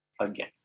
again